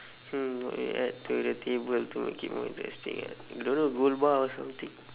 hmm what would you add to the table to make it more interesting ah don't know gold bar or something